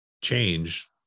change